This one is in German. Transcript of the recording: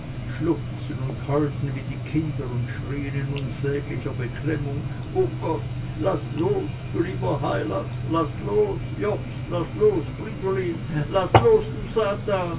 schluchzten und heulten wie kinder und schrieen in unsäglicher beklemmung o gott laß los du lieber heiland laß los lobst laß los fridolin laß los du satan